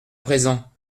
présent